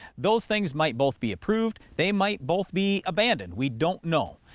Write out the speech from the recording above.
those things might both be approved they might both be abandoned. we don't know.